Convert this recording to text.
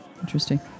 Interesting